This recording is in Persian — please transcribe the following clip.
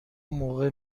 موقع